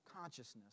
consciousness